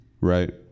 right